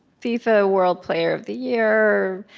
fifa world player of the year,